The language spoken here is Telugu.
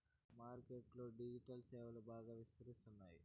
మార్కెట్ లో డిజిటల్ సేవలు బాగా విస్తరిస్తున్నారు